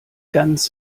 ganz